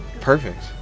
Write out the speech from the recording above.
Perfect